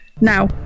now